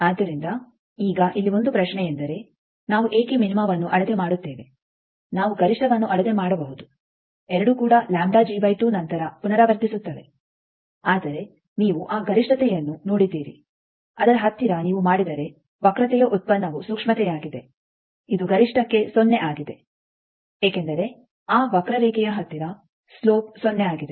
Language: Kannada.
ಆದ್ದರಿಂದ ಈಗ ಇಲ್ಲಿ ಒಂದು ಪ್ರಶ್ನೆಯೆಂದರೆ ನಾವು ಏಕೆ ಮಿನಿಮವನ್ನು ಅಳತೆ ಮಾಡುತ್ತೇವೆ ನಾವು ಗರಿಷ್ಟವನ್ನು ಅಳತೆ ಮಾಡಬಹುದು ಎರಡೂ ಕೂಡ ನಂತರ ಪುನರಾವರ್ತಿಸುತ್ತವೆ ಆದರೆ ನೀವು ಆ ಗರಿಷ್ಠತೆಯನ್ನು ನೋಡಿದ್ದೀರಿ ಅದರ ಹತ್ತಿರ ನೀವು ಮಾಡಿದರೆ ವಕ್ರತೆಯ ಉತ್ಪನ್ನವು ಸೂಕ್ಷ್ಮತೆಯಾಗಿದೆ ಇದು ಗರಿಷ್ಠಕ್ಕೆ ಸೊನ್ನೆ ಆಗಿದೆ ಏಕೆಂದರೆ ಆ ವಕ್ರರೇಖೆಯ ಹತ್ತಿರ ಸ್ಲೊಪ್ ಸೊನ್ನೆ ಆಗಿದೆ